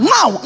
Now